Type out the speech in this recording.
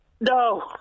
No